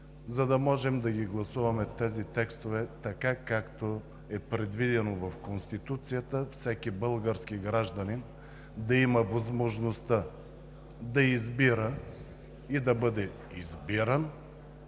за да можем да гласуваме тези текстове, както е предвидено в Конституцията – всеки български гражданин да има възможността да избира и да бъде избиран,